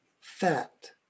fat